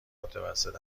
متوسط